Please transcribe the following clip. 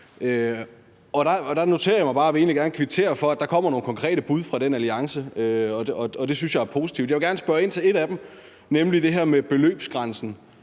Der noterer jeg mig – og det vil jeg egentlig gerne kvittere for – at der kommer nogle konkrete bud fra den alliance, og det synes jeg er positivt. Jeg vil gerne spørge ind til et af dem, nemlig det her med beløbsgrænsen,